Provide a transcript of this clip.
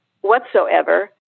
whatsoever